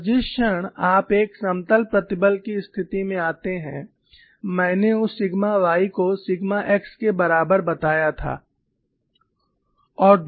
और जिस क्षण आप एक समतल प्रतिबल की स्थिति में आते हैं मैंने उस सिग्मा y को सिग्मा x के बराबर बताया था